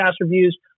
reviews